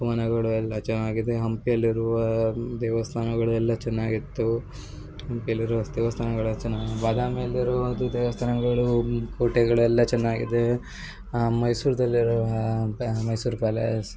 ವನಗಳು ಎಲ್ಲ ಚೆನ್ನಾಗಿದೆ ಹಂಪಿಯಲ್ಲಿರುವ ದೇವಸ್ಥಾನಗಳು ಎಲ್ಲ ಚೆನ್ನಾಗಿತ್ತು ಹಂಪಿಯಲ್ಲಿರುವ ದೇವಸ್ಥಾನಗಳು ಎಲ್ಲ ಚೆನ್ನಾ ಬಾದಾಮಿಯಲ್ಲಿರುವ ದೇವಸ್ಥಾನಗಳು ಕೋಟೆಗಳೆಲ್ಲ ಚೆನ್ನಾಗಿದೆ ಮೈಸೂರಲ್ಲಿರುವ ಪ್ಯಾ ಮೈಸೂರು ಪ್ಯಾಲೇಸ್